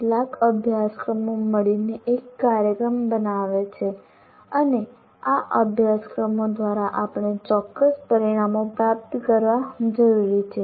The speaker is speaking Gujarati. કેટલાક અભ્યાસક્રમો મળીને એક કાર્યક્રમ બનાવે છે અને આ અભ્યાસક્રમો દ્વારા આપણે ચોક્કસ પરિણામો પ્રાપ્ત કરવા જરૂરી છે